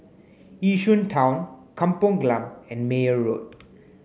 Yishun Town Kampung Glam and Meyer Road